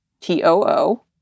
T-O-O